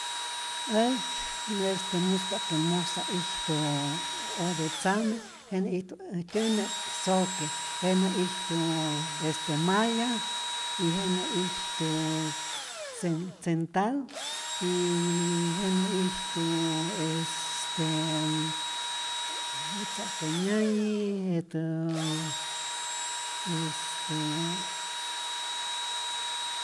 Ät este muspa't que mojsa ijtu ote tzame, jenä ijtu äjtyäjne'k, zoque, jenä ijtu este maya y jenä ijtu tsen tsental, yyy jenä ijtuuu estee jutza'ke nyäyi jetäää est.